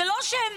זה לא שהם